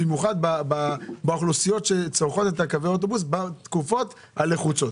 במיוחד בקרב האוכלוסיות שצורכות את קווי האוטובוס בתקופות הלחוצות.